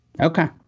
Okay